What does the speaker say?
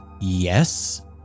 yes